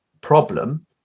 problem